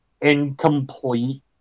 incomplete